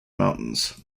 mountains